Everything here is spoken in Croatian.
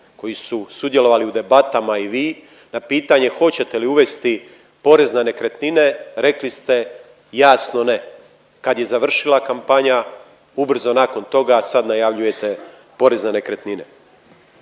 koji su sudjelovali u debatama i vi na pitanje hoćete li uvesti porez na nekretnine rekli ste jasno ne. Kad je završila kampanja ubrzo nakon toga sad najavljujete porez na nekretnine.